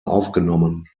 aufgenommen